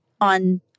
on